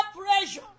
pressure